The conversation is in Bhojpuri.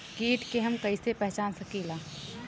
कीट के हम कईसे पहचान सकीला